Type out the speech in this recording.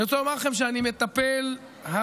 אני רוצה לומר לכם שאני מטפל בהרבה